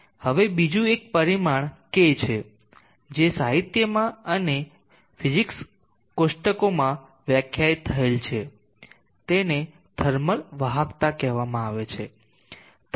હવે બીજું એક પરિમાણ K છે જે સાહિત્યમાં અને ફિઝિક્સ કોષ્ટકોમાં વ્યાખ્યાયિત થયેલ છે તેને થર્મલ વાહકતા કહેવામાં આવે છે